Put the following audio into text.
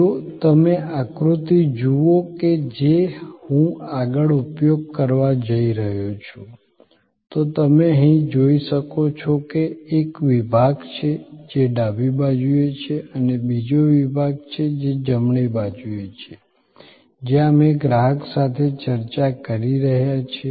જો તમે આકૃતિ જુઓ કે જે હું આગળ ઉપયોગ કરવા જઈ રહ્યો છું તો તમે અહીં જોઈ શકો છો કે એક વિભાગ છે જે ડાબી બાજુએ છે અને બીજો વિભાગ છે જે જમણી બાજુએ છે જ્યાં અમે ગ્રાહક સાથે ચર્ચા કરી રહ્યા છીએ